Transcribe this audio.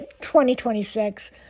2026